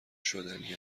شدنی